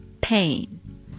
pain